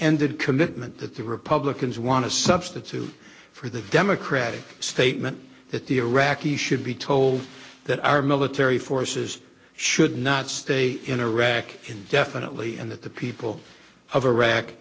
ended commitment that the republicans want to substitute for the democratic statement that the iraqis should be told that our military forces should not stay in iraq indefinitely and that the people of iraq